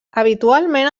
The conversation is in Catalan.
habitualment